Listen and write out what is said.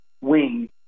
wing